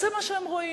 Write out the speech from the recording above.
אז זה מה שהם רואים.